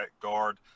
guard